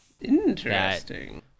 Interesting